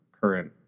current